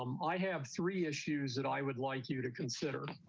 um i have three issues that i would like you to consider.